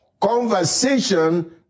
Conversation